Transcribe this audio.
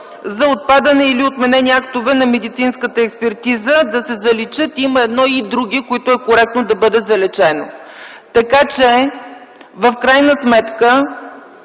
за отпадане или отменени актове на медицинската експертиза, да се заличат, има едно „и други”, което е коректно да бъде заличено, така че в крайна сметка